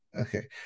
Okay